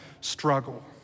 struggle